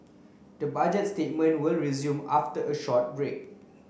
the budget statement will resume after a short break